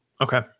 Okay